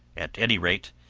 at any rate,